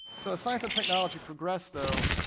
so as science and technology progressed, though,